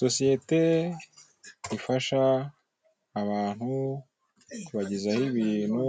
Sosiyete ifasha abantu kubagezaho ibintu